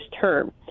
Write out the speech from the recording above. term